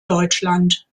deutschland